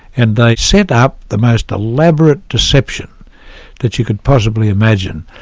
and they set up the most elaborate deception that you could possibly imagine.